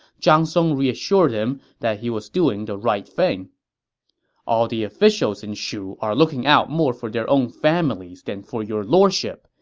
zhang song reassured him he was doing the right thing all the officials in shu are looking out more for their own families than for your lordship,